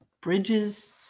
bridges